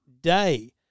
Day